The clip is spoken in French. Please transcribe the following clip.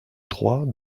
trois